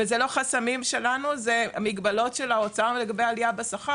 וזה לא חסמים שלנו זה המגבלות של האוצר לגבי העלייה בשכר.